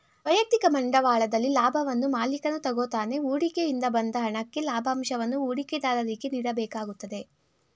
ವೈಯಕ್ತಿಕ ಬಂಡವಾಳದಲ್ಲಿ ಲಾಭವನ್ನು ಮಾಲಿಕನು ತಗೋತಾನೆ ಹೂಡಿಕೆ ಇಂದ ಬಂದ ಹಣಕ್ಕೆ ಲಾಭಂಶವನ್ನು ಹೂಡಿಕೆದಾರರಿಗೆ ನೀಡಬೇಕಾಗುತ್ತದೆ